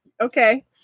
okay